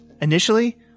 Initially